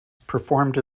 performed